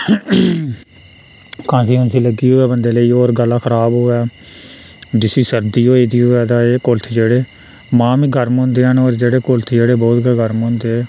खांसी खुंसी लग्गी दी होऐ बंदे लेई होर गला खराब होऐ जिसी सरदी होई दी होऐ तां एह् कुल्थ जेह्ड़े मांह् बी गरम नी होंदे हैन होर कुल्थ जेह्ड़े गरम होंदे